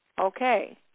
okay